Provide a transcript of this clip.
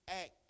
act